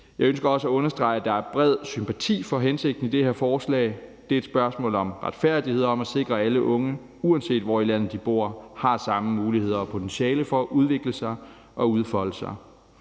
Jeg ønsker også at understrege, at der er bred sympati for hensigten i det her forslag. Det er et spørgsmål om retfærdighed og om at sikre, at alle unge, uanset hvor i landet de bor, har samme muligheder og potentiale for at udvikle sig og udfolde sig.